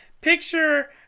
picture